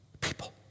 people